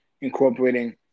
incorporating